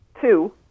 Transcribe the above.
Two